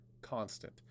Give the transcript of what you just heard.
constant